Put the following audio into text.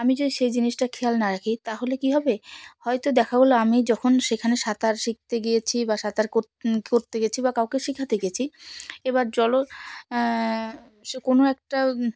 আমি যদি সেই জিনিসটা খেয়াল না রাখি তাহলে কী হবে হয়তো দেখা হলো আমি যখন সেখানে সাঁতার শিখতে গিয়েছি বা সাঁতার করতে গিয়েছি বা কাউকে শিখাতে গিয়েছি এবার জলে সে কোনো একটা